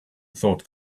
thought